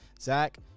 Zach